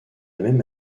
même